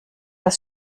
das